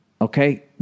Okay